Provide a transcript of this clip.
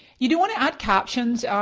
you do want to add captions.